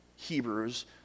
Hebrews